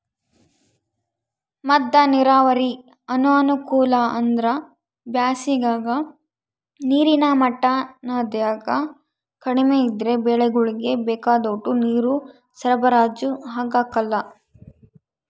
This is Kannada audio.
ಮದ್ದ ನೀರಾವರಿ ಅನಾನುಕೂಲ ಅಂದ್ರ ಬ್ಯಾಸಿಗಾಗ ನೀರಿನ ಮಟ್ಟ ನದ್ಯಾಗ ಕಡಿಮೆ ಇದ್ರ ಬೆಳೆಗುಳ್ಗೆ ಬೇಕಾದೋಟು ನೀರು ಸರಬರಾಜು ಆಗಕಲ್ಲ